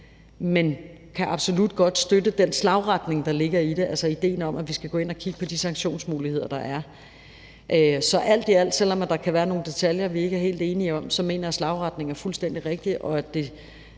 men kan absolut godt støtte den slagretning, der ligger i det, altså idéen om, at vi skal gå ind at kigge på de sanktionsmuligheder, der er. Så alt i alt, selv om der kan være nogle detaljer, vi ikke er helt enige om, mener jeg at slagretningen er fuldstændig rigtig, og at det